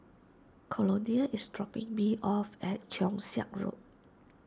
Colonel is dropping me off at Keong Saik Road